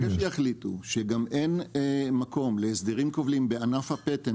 שיחליטו שגם אין מקום להסדרים כובלים בענף הפטם